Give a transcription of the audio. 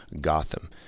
Gotham